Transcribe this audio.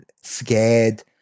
scared